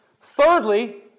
Thirdly